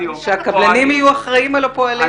שהקבלנים יהיו אחראים על הפועלים שלהם.